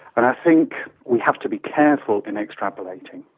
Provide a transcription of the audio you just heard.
and i think we have to be careful in extrapolating.